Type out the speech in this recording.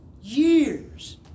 years